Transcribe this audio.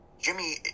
Jimmy